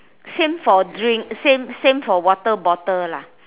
same for drink same same for water bottle lah